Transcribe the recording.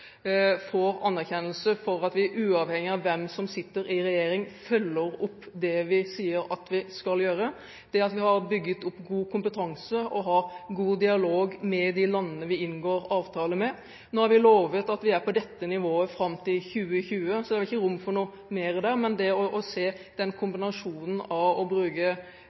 får anerkjennelse for at vi uavhengig av hvem som sitter i regjering, følger opp det vi sier at vi skal gjøre, det at vi har bygget opp god kompetanse og har god dialog med de landene vi inngår avtale med – nå har vi lovet at vi er på dette nivået fram til 2020, så det er vel ikke rom for noe mer der – det å se kombinasjonen av å bruke